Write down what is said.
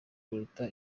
kuruta